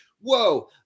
whoa